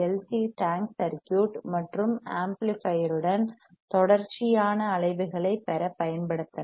C tank circuit மற்றும் ஆம்ப்ளிபையர்யுடன் தொடர்ச்சியான அலைவுகளைப் பெற பயன்படுத்தலாம்